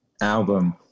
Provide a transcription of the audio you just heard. album